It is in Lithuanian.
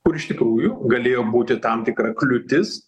kur iš tikrųjų galėjo būti tam tikra kliūtis